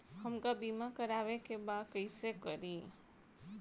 हमका बीमा करावे के बा कईसे करी?